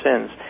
sins